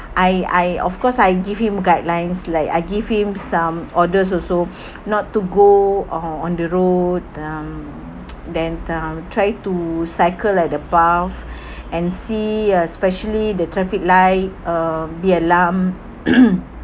I I of course I give him guidelines like I give him some orders also not to go o~ on the road um then um try to cycle at above and see especially the traffic light um the alarm